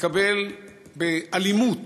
מתקבל באלימות